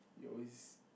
you always